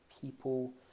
people